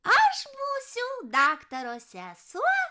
aš būsiu daktaro sesuo